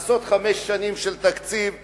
לעשות תקציב של חמש שנים וזהו.